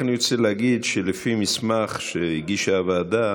אני רק רוצה להגיד שלפי מסמך שהגישה הוועדה,